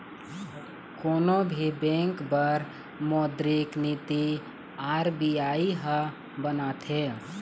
कोनो भी बेंक बर मोद्रिक नीति आर.बी.आई ह बनाथे